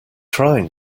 trying